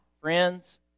Friends